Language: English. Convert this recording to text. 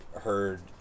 heard